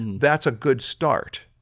that's a good start.